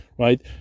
Right